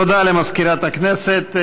תודה למזכירת הכנסת.